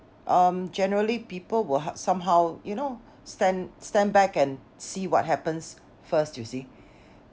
um generally people will help somehow you know stand stand back and see what happens first you see